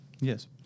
Yes